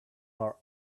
are